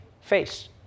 face